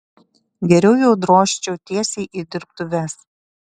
geriau jau drožčiau tiesiai į dirbtuves